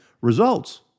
results